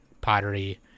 pottery